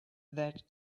that